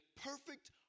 perfect